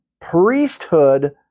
priesthood